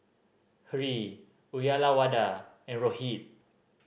Hri Uyyalawada and Rohit